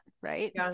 Right